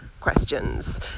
questions